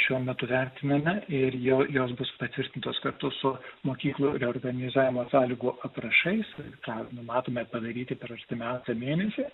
šiuo metu vertiname ir jo jos bus patvirtintos kartu su mokyklų reorganizavimo sąlygų aprašais ką numatome padaryti per artimiausią mėnesį